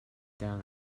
down